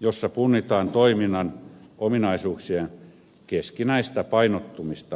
jossa punnitaan toiminnan ominaisuuksien keskinäistä painottumista toisiinsa